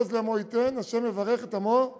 "ה' עז לעמו יתן, ה' יברך את עמו בשלום".